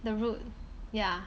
the root yeah